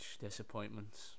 disappointments